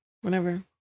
whenever